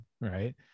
right